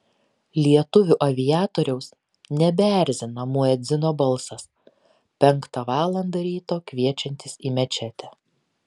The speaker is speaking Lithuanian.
lietuvių aviatoriaus nebeerzina muedzino balsas penktą valandą ryto kviečiantis į mečetę